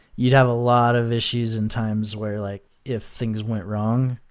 you'd have a lot of issues in times where like if things went wrong,